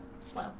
slow